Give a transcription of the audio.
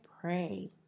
pray